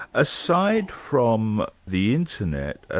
aside from the internet,